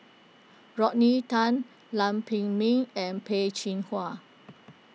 Rodney Tan Lam Pin Min and Peh Chin Hua